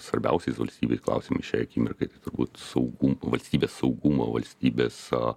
svarbiausiais valstybei klausimais šiai akimirkai turbūt saugu valstybės saugumo valstybės